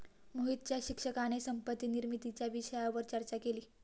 मोहितच्या शिक्षकाने संपत्ती निर्मितीच्या विषयावर चर्चा केली